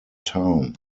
town